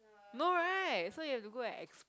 no right so you have to go and ex~